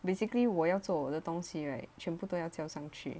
basically 我要做的东西 right 全部都要交上去